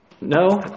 No